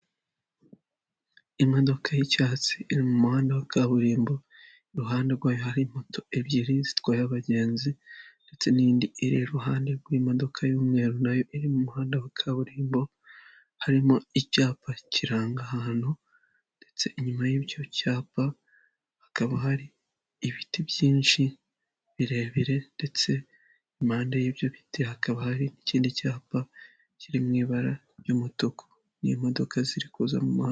Imodoka y'icyatsi iri mu muhanda wa kaburimbo i ruhande rwayo hari moto ebyiri zitwaye abagenzi ndetse n'indi iri iruhande rw'imodoka y'umweru nayo iri mu muhanda wa kaburimbo harimo icyapa kirangahantu ndetse inyuma y'icyo cyapa hakaba hari ibiti byinshi birebire ndetse n'impande y'ibyo biti hakaba hari n'ikindi cyapa kiri mu ibara ry'umutuku n'imodoka ziri kuza mu mazi.